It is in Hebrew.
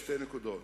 בשתי נקודות.